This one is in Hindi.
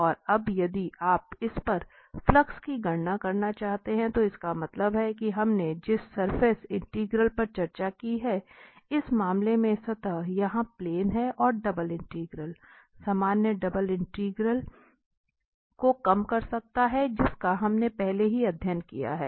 और अब यदि आप इस पर फ्लक्स की गणना करना चाहते हैं तो इसका मतलब है कि हमने जिस सरफिस इंटीग्रल पर चर्चा की है इस मामले में सतह यहां प्लेन है और डबल इंटीग्रल सामान्य डबल इंटीग्रल को कम कर सकता है जिसका हमने पहले ही अध्ययन किया है